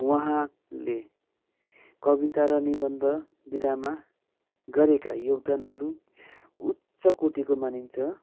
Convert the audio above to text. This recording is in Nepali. उहाँले कविता र निबन्ध विधामा गरेका योगदानहरू उच्च कोटीको मानिन्छ